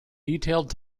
detailed